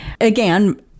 Again